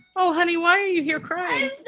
oh, honey, why are you here? christology,